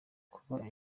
kuba